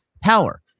power